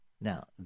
Now